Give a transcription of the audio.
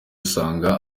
usanga